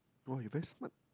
!wah! you very smart